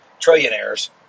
trillionaires